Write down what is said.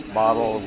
model